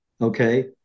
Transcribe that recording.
Okay